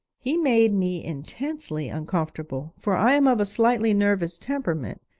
he made me intensely uncomfortable, for i am of a slightly nervous temperament,